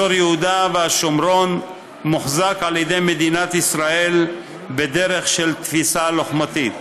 אזור יהודה והשומרון מוחזק על ידי מדינת ישראל בדרך של ״תפיסה לוחמתית״.